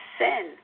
sin